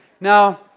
Now